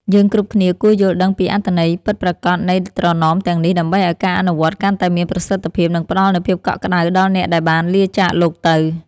យើងគ្រប់គ្នាគួរយល់ដឹងពីអត្ថន័យពិតប្រាកដនៃត្រណមទាំងនេះ ដើម្បីឱ្យការអនុវត្តកាន់តែមានប្រសិទ្ធភាព និងផ្តល់នូវភាពកក់ក្តៅដល់អ្នកដែលបានលាចាកលោកទៅ។